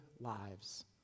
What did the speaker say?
lives